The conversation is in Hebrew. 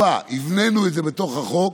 והבנינו את זה בתוך החוק,